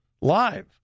live